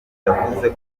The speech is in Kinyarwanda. yavuze